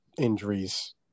injuries